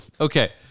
Okay